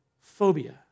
phobia